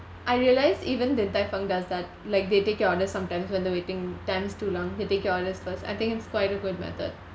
I realise even din tai fung does that like they take your order sometimes when the waiting time's too long they take your orders first I think it's quite a good method